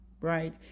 right